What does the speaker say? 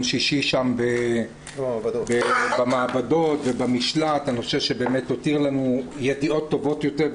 שישי במעבדות ובמשל"ט הותיר לנו ידיעות טובות יותר.